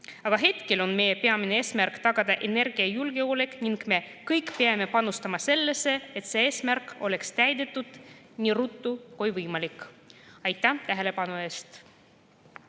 Aga hetkel on meie peamine eesmärk tagada energiajulgeolek ning me kõik peame panustama sellesse, et see eesmärk saaks täidetud nii ruttu kui võimalik. Aitäh tähelepanu eest!